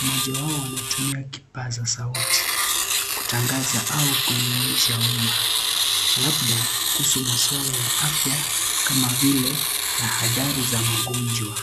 mmoja wao anatumia kipasa sauti kutangaza au kuelimisha umma labda kuhusu maswala ya afya kama vile tahadhari za magonjwa.